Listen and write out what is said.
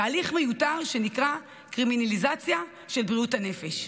תהליך מיותר שנקרא קרימינליזציה של בריאות הנפש.